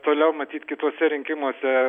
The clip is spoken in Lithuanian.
toliau matyt kituose rinkimuose